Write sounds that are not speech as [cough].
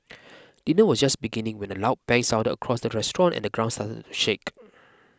dinner was just beginning when a loud bang sounded across the restaurant and the ground [unintelligible] shake